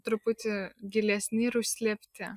truputį gilesni ir užslėpti